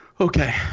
Okay